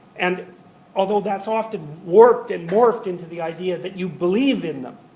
and although that's often warped and morphed into the idea that you believe in them.